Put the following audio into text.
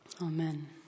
Amen